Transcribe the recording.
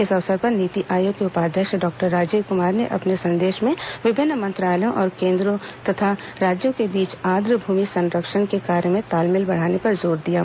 इस अवसर पर नीति आयोग के उपाध्यक्ष डॉक्टर राजीव कुमार ने अपने संदेश में विभिन्न मंत्रालयों और केन्द्र तथा राज्यों के बीच आई भूमि संरक्षण के कार्य में तालमेल बढ़ाने पर जोर दिया है